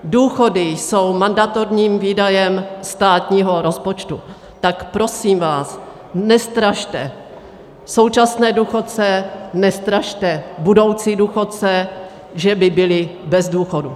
Důchody jsou mandatorním výdajem státního rozpočtu, tak prosím vás, nestrašte současné důchodce, nestrašte budoucí důchodce, že by byli bez důchodů.